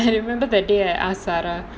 I remember that day I ask sara